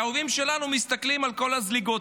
האויבים שלנו מסתכלים על כל הזליגות